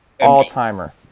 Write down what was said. All-timer